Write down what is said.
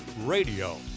RADIO